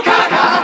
Gaga